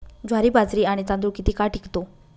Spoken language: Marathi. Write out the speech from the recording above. ज्वारी, बाजरी आणि तांदूळ किती काळ टिकतो?